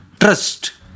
Trust